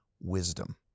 wisdom